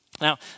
Now